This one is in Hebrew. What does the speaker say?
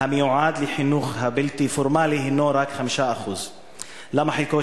המיועד לחינוך הבלתי פורמלי הינו רק 5%. למה חלקו